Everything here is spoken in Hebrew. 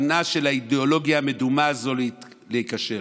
דינה של האידיאולוגיה המדומה הזו להיכשל.